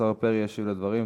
השר פרי ישיב על הדברים.